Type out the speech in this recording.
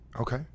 Okay